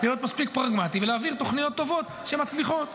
להיות מספיק פרגמטי ולהעביר תוכניות טובות שמצליחות.